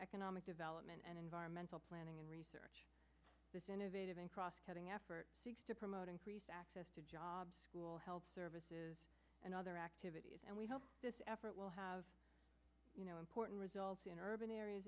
economic development and environmental planning and research this innovative in cost cutting effort to promote increased access to jobs school health services and other activities and we hope this effort will have you know important results in urban areas